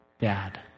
dad